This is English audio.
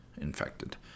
infected